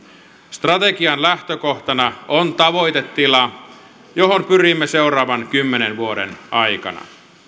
strategian lähtökohtana on tavoitetila johon pyrimme seuraavan kymmenen vuoden aikana